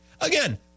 Again